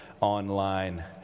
online